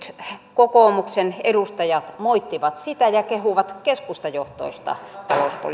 kokoomuksen edustajat moittivat sitä ja kehuvat keskustajohtoista